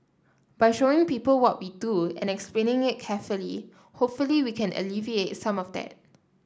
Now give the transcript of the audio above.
by showing people what we do and explaining it carefully hopefully we can alleviate some of that